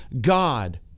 God